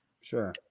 Sure